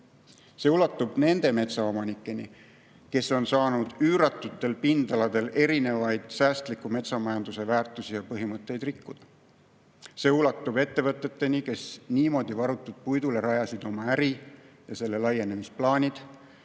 See ulatub nende metsaomanikeni, kes on saanud üüratutel pindaladel erinevaid säästliku metsamajanduse väärtusi ja põhimõtteid rikkuda. See ulatub ettevõteteni, kes niimoodi varutud puidule on rajanud oma äri ja selle laienemise plaanid.